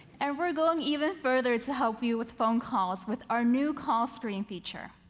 and we're going even further to help you with phone calls with our new call screen feature.